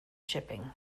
shipping